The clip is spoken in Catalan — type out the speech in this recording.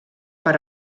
per